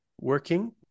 working